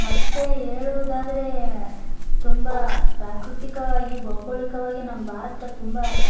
ಮತ್ತೆ ಹೇಳುವುದಾದ್ರೆ ತುಂಬ ಪ್ರಾಕೃತಿಕವಾಗಿ ಭೌಗೋಳಿಕವಾಗಿ ನಮ್ಮ ಭಾರತ ತುಂಬ